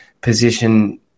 position